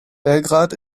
belgrad